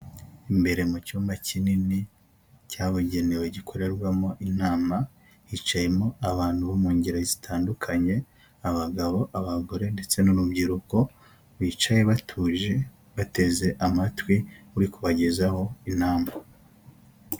Imbere mu cyumba kinini cyabugenewe gikorerwamo inama hicayemo abantu bo mu ngeri zitandukanye, abagabo, abagore ndetse n'urubyiruko, bicaye batuje bateze amatwi uri kubagezaho impamvu.